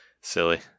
silly